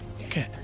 okay